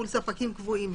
מול ספקים קבועים.